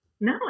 No